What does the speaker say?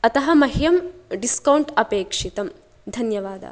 अतः मह्यं डिस्कौण्ट् अपेक्षितं धन्यवादः